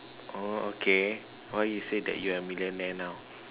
oh okay why you say that you are a millionaire now